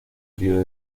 río